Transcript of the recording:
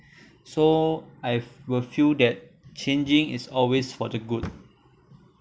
so i've will feel that changing is always for the good